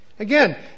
Again